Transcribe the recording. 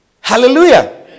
Hallelujah